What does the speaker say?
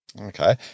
Okay